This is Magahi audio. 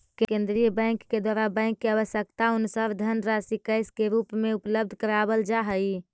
केंद्रीय बैंक के द्वारा बैंक के आवश्यकतानुसार धनराशि कैश के रूप में उपलब्ध करावल जा हई